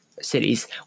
cities